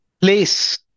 place